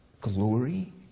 glory